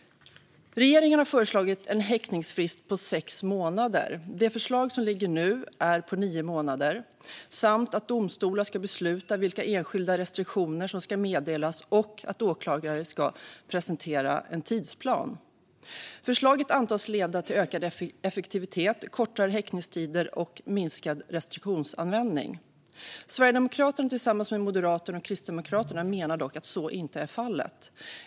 Regeringen har föreslagit en häktningsfrist på sex månader. Det förslag som nu ligger på bordet innebär nio månader, att domstolar ska besluta vilka enskilda restriktioner som ska meddelas och att åklagare ska presentera en tidsplan. Förslaget antas leda till ökad effektivitet, kortare häktningstider och minskad restriktionsanvändning. Sverigedemokraterna tillsammans med Moderaterna och Kristdemokraterna menar dock att så inte är fallet.